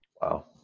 Wow